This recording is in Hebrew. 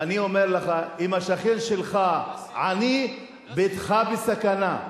ואני אומר לך, אם השכן שלך עני, ביתך בסכנה,